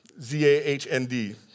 Z-A-H-N-D